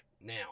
now